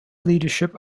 leadership